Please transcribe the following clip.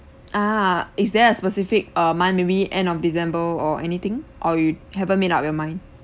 ah is there a specific uh month maybe end of december or anything or you haven't made up your mind